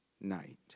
night